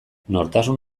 nortasun